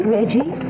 Reggie